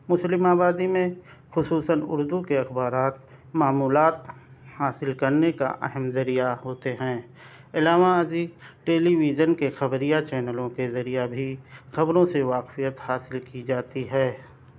مسلم آبادی میں خصوصاً اردو کے اخبارات معمولات حاصل کرنے کا اہم ذریعہ ہوتے ہیں علاوہ ازیں ٹیلی ویژن کے خبریہ چینلوں کے ذریعہ بھی خبروں سے واقفیت حاصل کی جاتی ہے